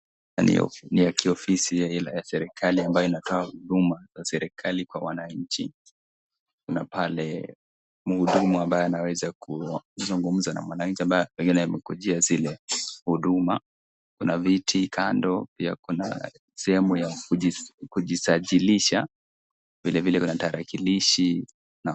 Muktatha ni ya kiofisi ambao unatoa huduma wa serikali kwa wananchi, na pale muhudumu anaweza kuzungumza na mwananchi ambaye pengine amekujia zile huduma. Kuna viti kando, na kuna sehemu ya kujisajilisha, vilevile kuna tarakilishi na.